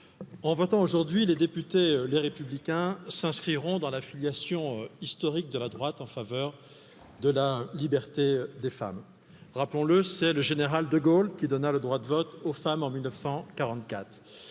en votant aujourd'hui les députés les Républicains s'inscriront dans la filiation historique de la droite en faveur de la liberté des femmes rappelons le c'est le général de gaulle quii mille neuf cent quarante quatre